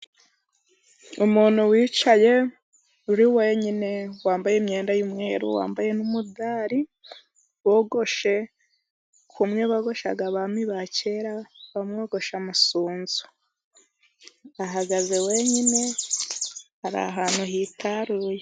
Umuntu wicaye uri wenyine, wambaye imyenda y'imweru, wambaye n'umudari, wogoshe kumwe bogoshaga abami ba kera bamwogoshe amasunzu, ahagaze wenyine ahantu hitaruye.